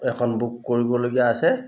এখন বুক কৰিবলগীয়া আছে